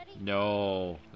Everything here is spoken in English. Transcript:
No